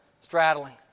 straddling